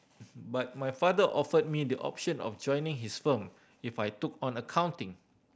but my father offered me the option of joining his firm if I took on accounting